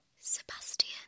Sebastian